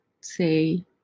say